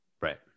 Right